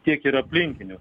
tiek ir aplinkinių